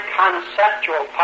conceptual